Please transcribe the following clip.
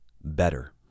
better